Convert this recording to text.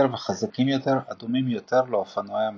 וחזקים יותר הדומים יותר לאופנועי המרוצים.